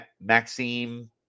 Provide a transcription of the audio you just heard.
Maxime